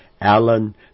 Alan